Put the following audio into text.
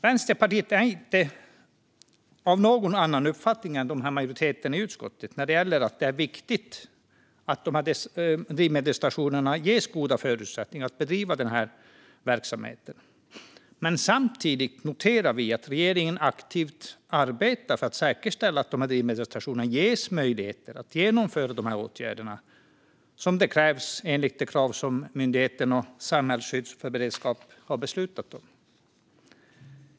Vänsterpartiet är inte av någon annan uppfattning än majoriteten i utskottet när det gäller att det är viktigt att dessa drivmedelsstationer ges goda förutsättningar att bedriva denna verksamhet. Men samtidigt noterar vi att regeringen aktivt arbetar för att säkerställa att dessa drivmedelsstationer ges möjlighet att vidta de åtgärder som krävs enligt de krav som Myndigheten för samhällsskydd och beredskap har beslutat om.